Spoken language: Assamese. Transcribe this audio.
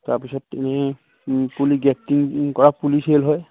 তাৰপিছত এনেই পুলি গ্ৰেফটিং কৰা পুলি চেল হয়